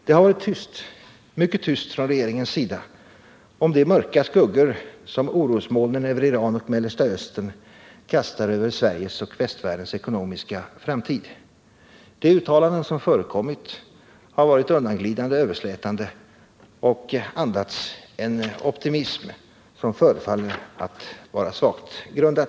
Det har varit tyst, mycket tyst från regeringens sida om de mörka skuggor som orosmolnen över Iran och Mellersta Östern kastar över Sveriges och västvärldens ekonomiska framtid. De uttalanden som förekommit har varit undanglidande och överslätande och andats en optimism som förefaller att vara svagt grundad.